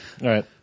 Right